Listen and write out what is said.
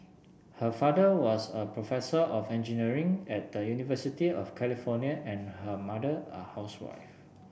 her father was a professor of engineering at the University of California and her mother a housewife